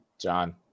John